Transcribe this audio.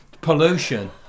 pollution